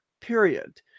period